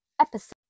episode